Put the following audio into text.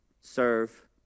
serve